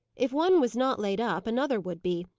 if one was not laid up, another would be,